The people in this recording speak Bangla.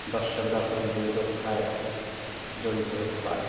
দর্শকরা পরিবেশ রক্ষায় জড়িত হতে পারে